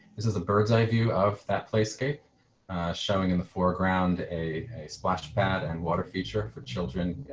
this is a bird's eye view of that place scape showing in the foreground. a splash pad and water feature for children,